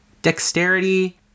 Dexterity